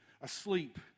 asleep